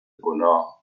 گناه